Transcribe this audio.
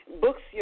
books